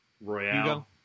Royale